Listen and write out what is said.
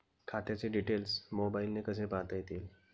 खात्याचे डिटेल्स मोबाईलने कसे पाहता येतील?